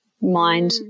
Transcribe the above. mind